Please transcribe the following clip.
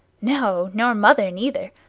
no nor mother neither.